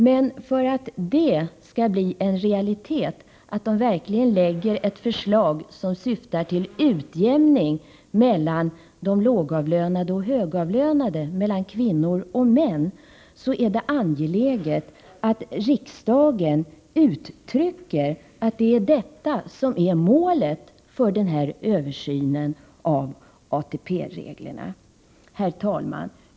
Men för att den verkligen skall lägga fram ett förslag som syftar till en utjämning mellan lågavlönade och högavlönade, mellan kvinnor och män, är det angeläget att riksdagen uttrycker att det är detta som är målet för översynen av ATP-reglerna. Herr talman!